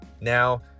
now